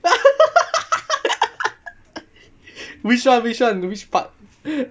which [one] which [one] which part